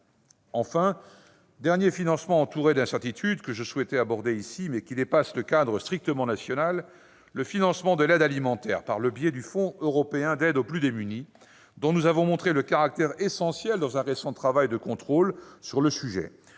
Enfin, le dernier financement entouré d'incertitudes que je souhaitais aborder ici dépasse le cadre strictement national. Il s'agit du financement de l'aide alimentaire par le biais du Fonds européen d'aide aux plus démunis, dont nous avons montré le caractère essentiel dans un récent travail de contrôle sur le sujet.